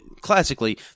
classically